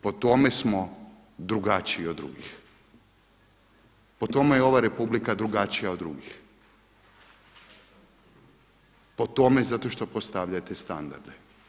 Po tome smo drugačiji od drugih, po tome je ova Republika drugačija od drugih, po tome zato što postavljate standarde.